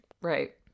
right